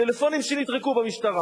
טלפונים שנטרקו במשטרה.